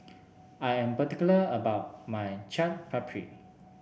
I am particular about my Chaat Papri